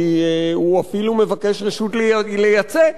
כי הוא אפילו מבקש רשות לייצא,